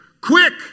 quick